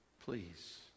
please